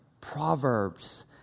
Proverbs